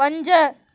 पंज